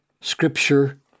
scripture